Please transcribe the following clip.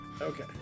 okay